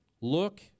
look